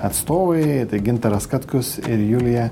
atstovai tai gintaras katkus ir julija